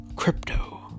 Crypto